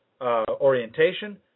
orientation